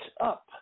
up